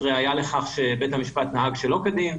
זאת ראיה לכך שבית המשפט נהג שלא כדין,